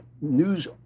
news